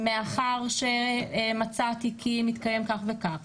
מאחר שמצאתי כי מתקיים כך וכך,